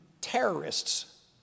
terrorists